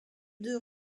deux